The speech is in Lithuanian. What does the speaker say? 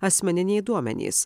asmeniniai duomenys